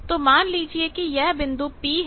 तो मान लीजिए कि यह बिंदु P है